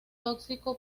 tóxico